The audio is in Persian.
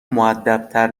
مودبتر